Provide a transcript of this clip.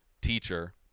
teacher